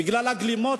בגלל הגלימות,